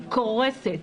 היא קורסת.